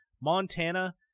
Montana